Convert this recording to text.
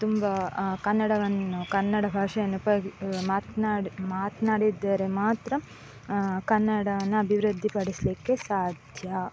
ತುಂಬ ಕನ್ನಡವನ್ನು ಕನ್ನಡ ಭಾಷೆಯನ್ನು ಉಪಯೋಗಿ ಮಾತನಾಡಿ ಮಾತನಾಡಿದ್ದರೆ ಮಾತ್ರ ಕನ್ನಡವನ್ನು ಅಭಿವೃದ್ಧಿ ಪಡಿಸಲಿಕ್ಕೆ ಸಾಧ್ಯ